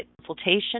consultation